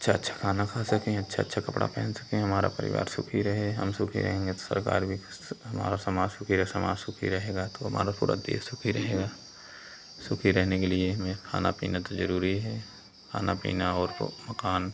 अच्छा अच्छा खाना खा सकें अच्छा अच्छा कपड़ा पहन सकें हमारा परिवार सुखी रहे हम सुखी रहेंगे तो सरकार भी हमारा समाज सुखी रहे समाज सुखी रहेगा तो हमारा पूरा देश सुखी रहेगा सुखी रहने के लिए हमें खाना पीना तो ज़रूरी है खाना पीना और वह मकान